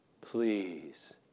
Please